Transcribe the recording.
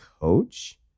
coach